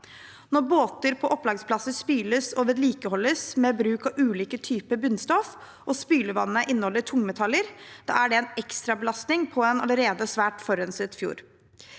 Når båter på opplagsplasser spyles og vedlikeholdes ved bruk av ulike typer bunnstoff, og spylevannet inneholder tungmetaller, er det en ekstrabelastning på en allerede svært forurenset fjord.